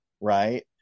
right